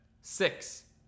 Six